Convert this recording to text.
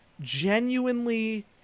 genuinely